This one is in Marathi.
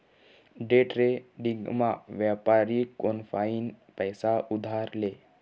डेट्रेडिंगमा व्यापारी कोनफाईन पैसा उधार ले